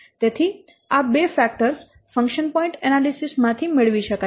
તેથી આ બે ફેક્ટર્સ ફંક્શન પોઇન્ટ એનાલિસિસ માંથી મેળવી શકાય છે